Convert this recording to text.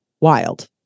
wild